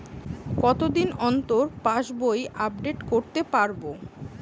কতদিন অন্তর পাশবই আপডেট করতে পারব?